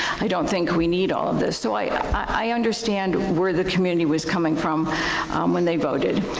i don't think we need all of this. so i ah i understand where the community was coming from when they voted.